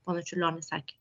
ponas čiurlionis sakė